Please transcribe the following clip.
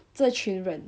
这群人